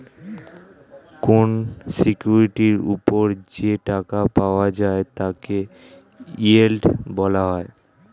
কোন সিকিউরিটির উপর যে টাকা পাওয়া যায় তাকে ইয়েল্ড বলা হয়